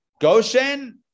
Goshen